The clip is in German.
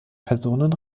personen